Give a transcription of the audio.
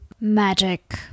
magic